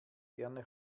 gerne